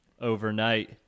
overnight